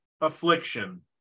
affliction